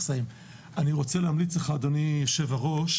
אני רוצה להמליץ לך אדוני יושב הראש